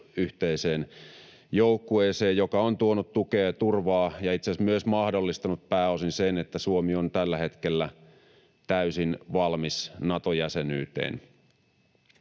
yhteiseen joukkueeseen, joka on tuonut tukea ja turvaa ja itse asiassa myös mahdollistanut pääosin sen, että Suomi on tällä hetkellä täysin valmis Nato-jäsenyyteen.